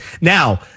Now